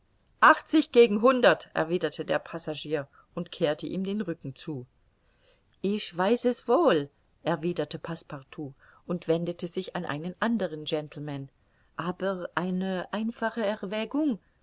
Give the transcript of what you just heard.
achtzig gegen hundert erwiderte der passagier und kehrte ihm den rücken zu ich weiß es wohl erwiderte passepartout und wendete sich an einen andern gentleman aber eine einfache erwägung